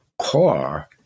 car